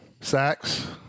Sacks